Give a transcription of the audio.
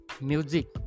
music